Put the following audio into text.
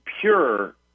pure